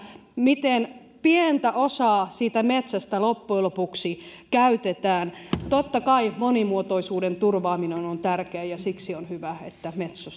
miten pientä osaa siitä metsästä loppujen lopuksi käytetään totta kai monimuotoisuuden turvaaminen on on tärkeää ja siksi on hyvä että